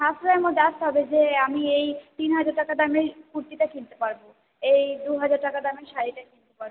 সাশ্রয়ের মধ্যে আসতে হবে যে আমি এই তিন হাজার টাকা দামের কুর্তিটা কিনতে পারবো এই দু হাজার টাকা দামের শাড়িটা কিনতে পারবো